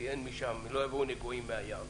כי לא יבואו נגועים מהים,